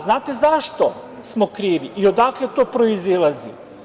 Znate zašto smo krivi i odakle to proizilazi?